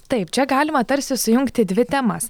taip čia galima tarsi sujungti dvi temas